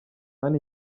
hano